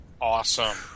awesome